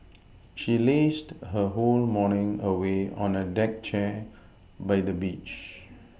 she lazed her whole morning away on a deck chair by the beach